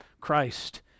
Christ